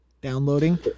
Downloading